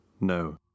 No